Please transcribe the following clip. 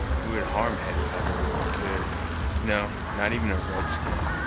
who would harm hetty hutter, if he could no, not even a red-skin.